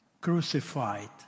crucified